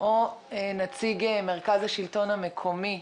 או נציג מרכז השלטון המקומי,